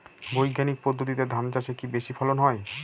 বৈজ্ঞানিক পদ্ধতিতে ধান চাষে কি বেশী ফলন হয়?